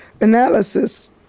analysis